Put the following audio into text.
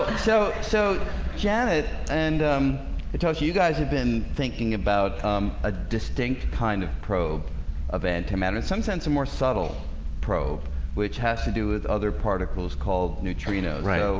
so so janet and um toshi you guys have been thinking about a distinct kind of probe of antimatter in some sense a more subtle probe which has to do with other particles called neutrinos, right?